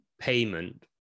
payment